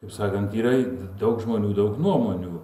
kaip sakant yra daug žmonių daug nuomonių